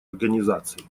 организации